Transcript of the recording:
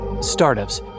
Startups